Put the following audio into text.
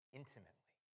intimately